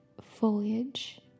foliage